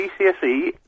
GCSE